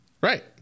Right